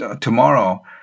tomorrow